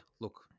look